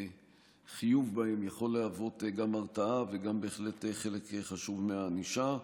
חיוב בהם יכול להיות גם הרתעה וגם בהחלט חלק חשוב מהענישה.